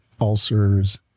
ulcers